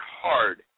hard